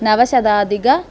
नवशताधिक